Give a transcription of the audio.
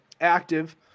active